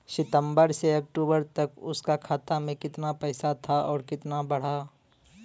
सितंबर से अक्टूबर तक उसका खाता में कीतना पेसा था और कीतना बड़ा?